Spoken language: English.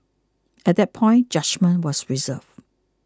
at that point judgement was reserved